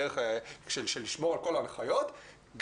בדרך של לשמור על כל ההנחיות,